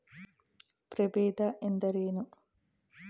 ಪ್ರಭೇದ ಎಂದರೇನು?